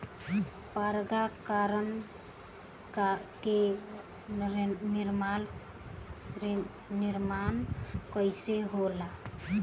पराग कण क निर्माण कइसे होखेला?